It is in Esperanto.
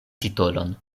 titolon